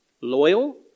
loyal